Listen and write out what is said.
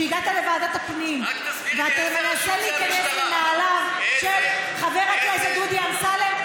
שהגעת לוועדת הפנים ואתה מנסה להיכנס לנעליו של חבר הכנסת דודי אמסלם,